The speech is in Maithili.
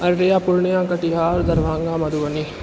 अररिया पूर्णिया कटिहार दरभङ्गा मधुबनी